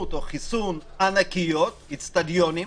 חיסון ענקיות, אצטדיונים,